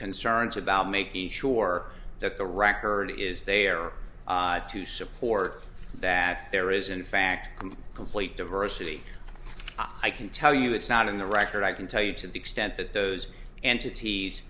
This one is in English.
concerns about making sure that the right heard is there to support that there is in fact complete diversity i can tell you it's not in the record i can tell you to the extent that those and cities